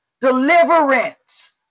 deliverance